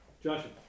Joshua